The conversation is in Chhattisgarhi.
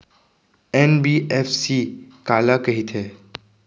एन.बी.एफ.सी काला कहिथे?